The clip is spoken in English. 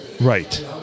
Right